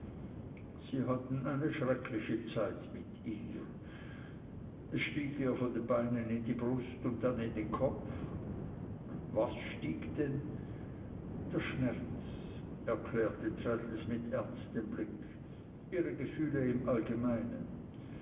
sie hatten eine schreckliche zeit mit ihr es stieg ihr von den beinen in die brust und dann in den kopf was stieg denn der schmerz erklärte traddles mit ernstem blick ihre gefühle im allgemeinen